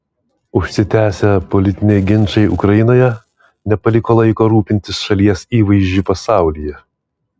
užsitęsę politiniai ginčai ukrainoje nepaliko laiko rūpintis šalies įvaizdžiu pasaulyje